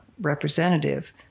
representative